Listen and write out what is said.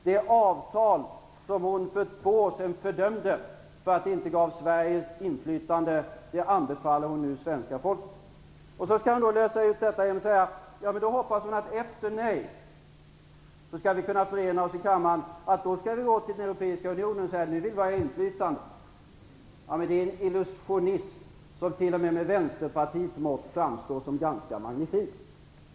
Det avtal som hon för två år sedan fördömde för att det inte gav Sverige inflytande anbefaller hon nu svenska folket. Hon försöker sedan lösa detta genom att säga att hon hoppas att vi efter ett nej i folkomröstningen skall kunna förena oss i kammaren och gå till den europeiska unionen och säga att vi nu vill ha inflytande. Det är en illusionism som t.o.m. med Vänsterpartiets mått framstår som ganska magnifik.